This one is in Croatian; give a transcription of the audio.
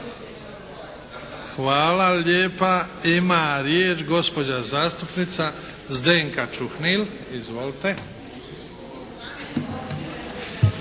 Hvala lijepa. Ima riječ gospođa zastupnica Zdenka Čuhnil. Izvolite.